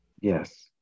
yes